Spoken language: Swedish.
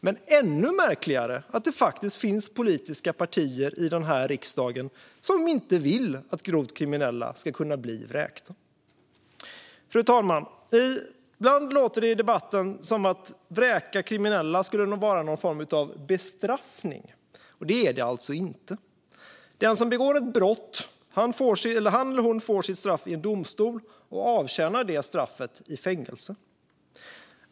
Men det är ännu märkligare att det finns politiska partier i riksdagen som inte vill att grovt kriminella ska kunna bli vräkta. Fru talman! I debatten låter det ibland som att vräkning av kriminella skulle vara någon form av bestraffning. Det är det alltså inte. Den som begått ett brott får sitt straff i en domstol och avtjänar det i fängelset.